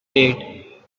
eight